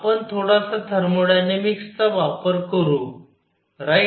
आपण थोडासा थर्मोडायनामिक्सचा वापर करू राईट